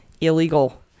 illegal